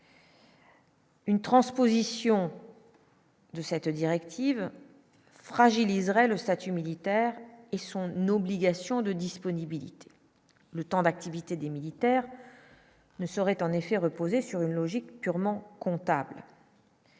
Une transposition. De cette directive fragiliserait le statut militaire et son n'obligation de disponibilité le temps d'activité des militaires ne saurait en effet reposait sur une logique purement comptable.